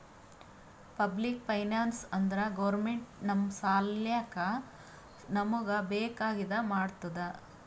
public finance ಅಂದುರ್ government ನಮ್ ಸಲ್ಯಾಕ್ ನಮೂಗ್ ಬೇಕ್ ಆಗಿದ ಮಾಡ್ತುದ್